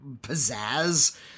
pizzazz